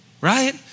Right